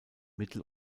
mittel